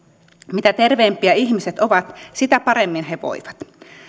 mitä terveempiä ihmiset ovat sitä paremmin he voivat